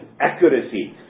accuracy